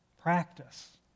Practice